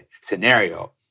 scenario